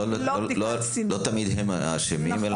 לא תמיד הם האשמים.